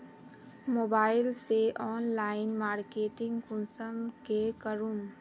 Mobile से online marketing कुंसम के करूम?